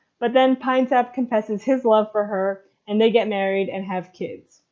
but then pine sap confesses his love for her and they get married and have kids.